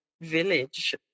village